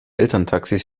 elterntaxis